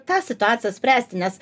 tą situaciją spręsti nes